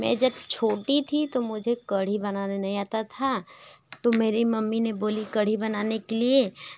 मैं जब छोटी थी तो मुझे कढ़ी बनाने नहीं आता था तो मेरी मम्मी ने बोली कढ़ी बनाने के लिए